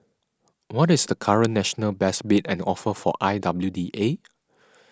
what is the current national best bid and offer for I W D A